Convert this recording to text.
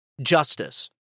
justice